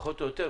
פחות או יותר,